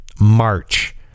March